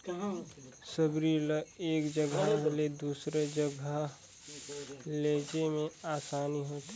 सबरी ल एक जगहा ले दूसर जगहा लेइजे मे असानी होथे